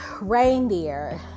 reindeer